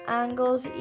angles